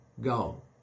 go